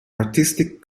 artistic